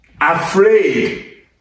afraid